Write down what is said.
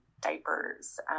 diapers